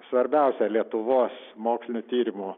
svarbiausia lietuvos mokslinių tyrimų